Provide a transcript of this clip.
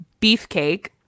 Beefcake